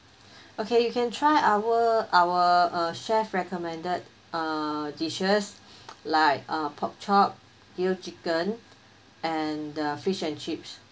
okay you can try our our uh chef recommended uh dishes like uh pork chop grill chicken and the fish and chips